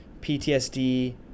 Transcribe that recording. PTSD